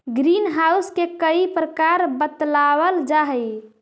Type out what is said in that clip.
green house के कई प्रकार बतलावाल जा हई